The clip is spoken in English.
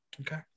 Okay